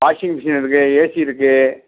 washing machine இருக்கு AC இருக்கு